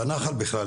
בנח"ל בכלל,